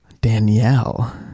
danielle